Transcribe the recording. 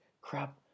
crap